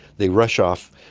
they rush off,